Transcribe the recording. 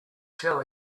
shell